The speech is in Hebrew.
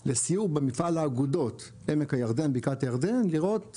לסיור במפעל האגודות בקעת הירדן, לראות,